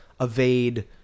evade